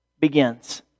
begins